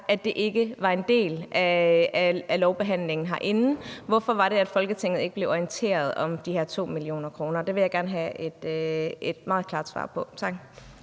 at det ikke var en del af lovbehandlingen herinde? Hvorfor var det, at Folketinget ikke blev orienteret om de her 2 mio. kr.? Det vil jeg gerne have et meget klart svar på. Tak.